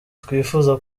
twifuza